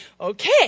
Okay